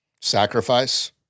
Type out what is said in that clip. sacrifice